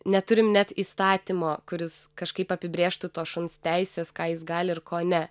neturim net įstatymo kuris kažkaip apibrėžtų to šuns teises ką jis gali ir ko ne